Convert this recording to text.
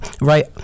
right